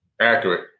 Accurate